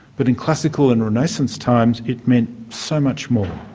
but in classical and renaissance times it meant so much more.